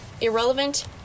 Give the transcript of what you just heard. irrelevant